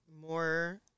more